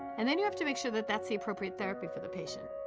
and then you have to make sure that that's the appropriate therapy for the patient.